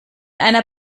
einer